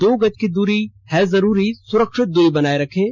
दो गज की दूरी है जरूरी सुरक्षित दूरी बनाए रखें